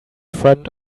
friend